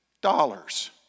Dollars